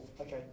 okay